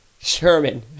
Sherman